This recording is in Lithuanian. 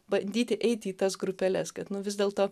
bandyti eiti į tas grupeles kad nu vis dėlto